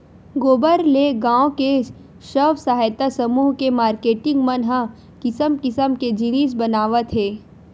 गोबर ले गाँव के स्व सहायता समूह के मारकेटिंग मन ह किसम किसम के जिनिस बनावत हे